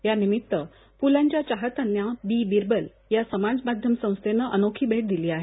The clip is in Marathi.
या निमित्त पूलं च्या चाहत्यांना बी बीरबल या समाज माध्यम संस्थेनं अनोखी भेट दिली आहे